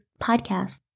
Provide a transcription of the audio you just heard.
podcast